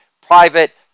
Private